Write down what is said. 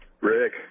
Rick